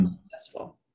successful